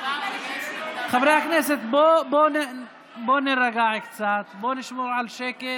חברי הכנסת, בואו נירגע קצת, בואו נשמור על שקט.